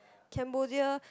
Cambodia